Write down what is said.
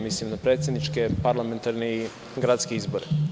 Mislim na predsedničke, parlamentarne i gradske izbore.